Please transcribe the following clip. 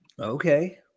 okay